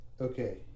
Okay